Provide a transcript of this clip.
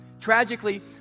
Tragically